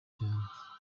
cyane